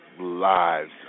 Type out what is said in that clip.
lives